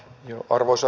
ja arvoisa